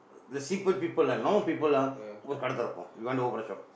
the simple people are normal people are ஒரு கடை திறப்போம்:oru kadai thirappoom we want to open a shop